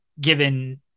given